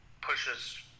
pushes